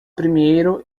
primeiro